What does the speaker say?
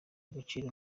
agaciro